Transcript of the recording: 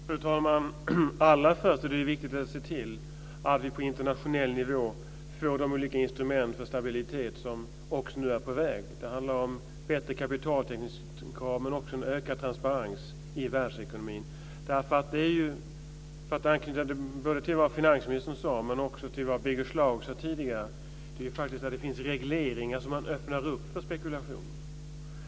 Fru talman! Allra först är det viktigt att se till att vi på internationell nivå får de olika instrumenten för stabilitet som också nu är på väg. Det handlar om bättre kapitaltäckningskrav men också om ökad transparens i världsekonomin. För att anknyta både till vad finansministern sade men också till vad Birger Schlaug sade tidigare är det faktiskt när det finns regleringar som man öppnar upp för spekulation.